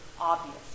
obvious